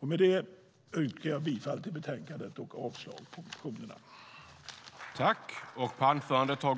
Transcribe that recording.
Med det yrkar jag bifall till utskottets förslag i betänkandet och avslag på motionerna. I detta anförande instämde Anne Marie Brodén , Per Lodenius och Lars-Axel Nordell .